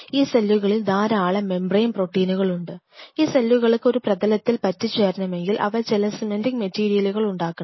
ഈ സെല്ലുകളിൽ ധാരാളം മേംബ്രെൻ പ്രോട്ടീനുകളുണ്ട് ഈ സെല്ലുകൾക്ക് ഒരു പ്രതലത്തിൽ പറ്റി ചേരണമെങ്കിൽ അവ ചില സിമെന്റിങ് മെറ്റീരിയലുകൾ ഉണ്ടാക്കണം